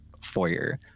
foyer